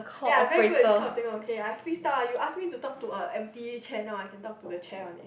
eh I'm very good at this kind of thing one okay I freestyle you ask me to talk to a empty chair now I can talk to the chair one leh